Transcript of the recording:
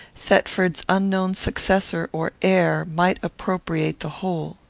thetford's unknown successor or heir might appropriate the whole.